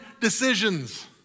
decisions